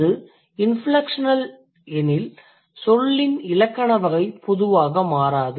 அது இன்ஃப்லெக்ஷன் எனில் சொல்லின் இலக்கண வகை பொதுவாக மாறாது